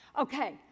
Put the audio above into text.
okay